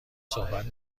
صحبت